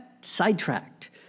sidetracked